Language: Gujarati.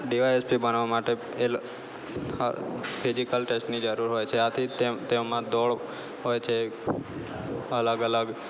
ડિવાયએસપી બનવા માટે એ લ ફિઝિકલ ટેસ્ટની જરૂર હોય છે આથી તેમ તેમાં દોડ હોય છે અલગ અલગ